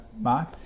Mark